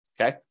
Okay